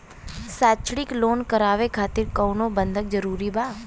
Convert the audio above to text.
शैक्षणिक लोन करावे खातिर कउनो बंधक जरूरी बा?